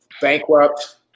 bankrupt